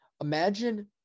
Imagine